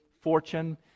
fortune